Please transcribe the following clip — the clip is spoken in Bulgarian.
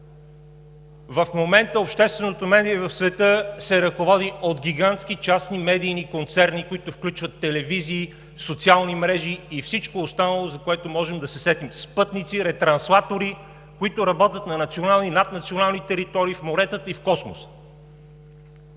В момента обществените медии в света се ръководят от гигантски частни медийни концерни, които включват телевизии, социални мрежи и всичко останало, за което можем да се сетим – спътници, ретранслатори, които работят на национални и наднационални територии, в моретата и в Космоса.